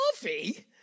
coffee